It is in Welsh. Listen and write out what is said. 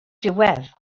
diwedd